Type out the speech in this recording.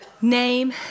name